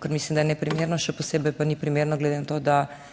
ker mislim, da je neprimerno. Še posebej pa ni primerno glede na to, da